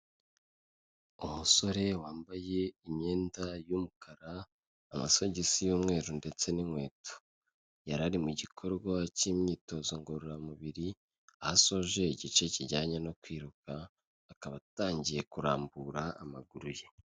Umusore wambaye imyenda y'umukara, amasogisi y'umweru ndetse n'inkweto; yarari mu gikorwa cy'imyitozo ngororamubiri; asoje igice kijyanye no kwiruka akaba atangiye kurambura amaguru ye.